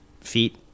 feet